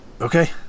Okay